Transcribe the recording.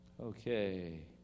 Okay